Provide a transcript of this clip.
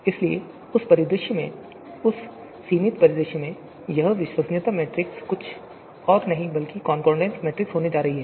इसलिए उस परिदृश्य में उस सीमित परिदृश्य में यह विश्वसनीयता मैट्रिक्स कुछ और नहीं बल्कि कॉनकॉर्डेंस मैट्रिक्स होने जा रहा है